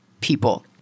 people